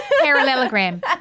Parallelogram